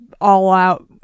all-out